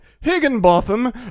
Higginbotham